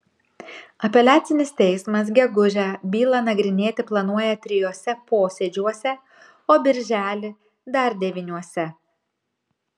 apeliacinis teismas gegužę bylą nagrinėti planuoja trijuose posėdžiuose o birželį dar devyniuose